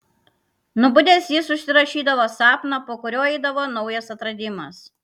nubudęs jis užsirašydavo sapną po kurio eidavo naujas atradimas